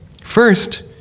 first